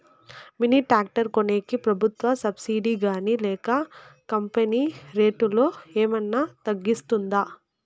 Mini tractor కొనేకి ప్రభుత్వ subsidy గాని లేక కంపెని రేటులో ఏమన్నా తగ్గిస్తుందా?